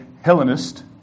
Hellenist